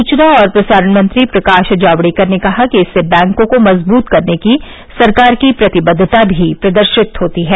सुवना और प्रसारण मंत्री प्रकाश जावड़ेकर ने कहा कि इससे बैंको को मजबूत करने की सरकार की प्रतिबद्धता भी प्रदर्शित होती है